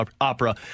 opera